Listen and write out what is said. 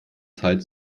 zeit